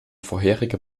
vorherige